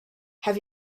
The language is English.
have